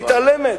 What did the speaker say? מתעלמת,